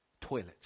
toilets